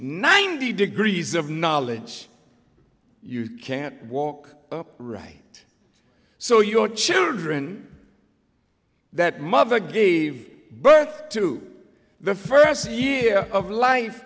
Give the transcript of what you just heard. ninety degrees of knowledge you can't walk right so your children that mother gave birth to the first year of life